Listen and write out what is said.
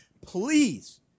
Please